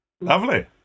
Lovely